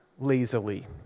Lazily